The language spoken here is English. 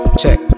check